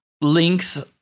links